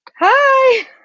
Hi